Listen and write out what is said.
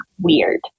weird